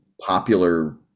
popular